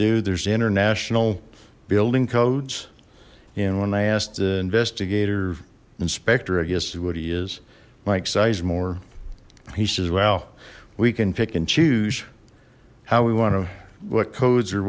do there's international building codes and when i asked the investigator inspector i guess what he is mike sizemore piece as well we can pick and choose how we want to what codes or